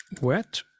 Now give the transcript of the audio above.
wet